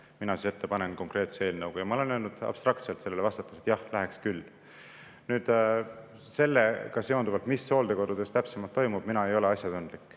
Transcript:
mina ette panen konkreetse eelnõuga. Ma olen öelnud abstraktselt sellele vastates, et jah, läheks küll. Nüüd, sellega seonduvalt, mis hooldekodudes täpsemalt toimub, mina ei ole asjatundlik